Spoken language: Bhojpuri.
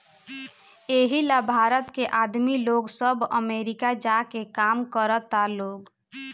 एही ला भारत के आदमी लोग सब अमरीका जा के काम करता लोग